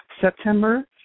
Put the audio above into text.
September